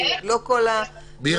כי לא כל --- מירה,